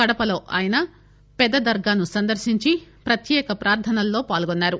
కడపలో ఆయన పెద్ద దర్గాను సందర్శించి ప్రత్యేక ప్రార్థనల్లో పాల్గొన్నారు